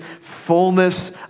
fullness